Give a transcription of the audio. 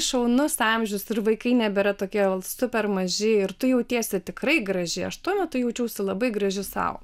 šaunus amžius ir vaikai nebėra tokie super maži ir tu jautiesi tikrai graži aš tuo metu jaučiausi labai graži sau